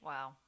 Wow